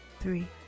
three